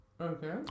Okay